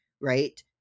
right